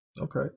Okay